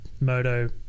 moto